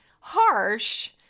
harsh